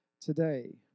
today